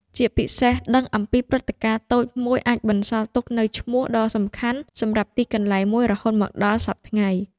ជាពិសេស ដឹងអំពីព្រឹត្តិការណ៍តូចមួយអាចបន្សល់ទុកនូវឈ្មោះដ៏សំខាន់សម្រាប់ទីកន្លែងមួយរហូតមកដល់សព្វថ្ងៃ។